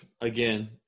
again